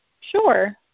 Sure